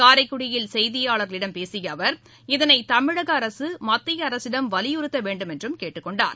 காரைக்குடியில் செய்தியாளர்களிடம் பேசியஅவர் இதனைதமிழகஅரசுமத்தியஅரசிடம் வலியுறுத்தவேண்டும் என்றும் கேட்டுக்கொண்டார்